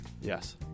Yes